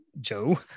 Joe